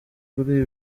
kuri